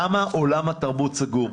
למה עולם התרבות סגור.